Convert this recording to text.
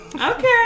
Okay